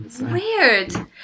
Weird